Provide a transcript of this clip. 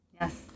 Yes